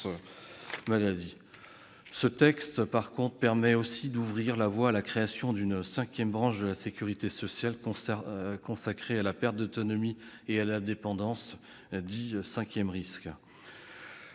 maladie (Ondam). Ce texte permet aussi d'ouvrir la voie à la création d'une cinquième branche de la sécurité sociale consacrée à la perte d'autonomie et à la dépendance, que l'on